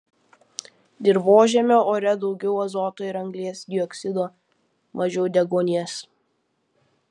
dirvožemio ore daugiau azoto ir anglies dioksido mažiau deguonies